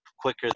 quicker